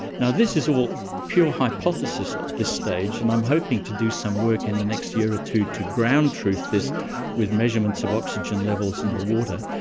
now, this is all pure hypothesis at this stage and i'm hoping to do some work in the next year or two to ground truth this with measurements of oxygen levels in the water,